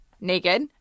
Naked